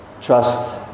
Trust